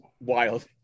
wild